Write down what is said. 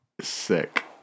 sick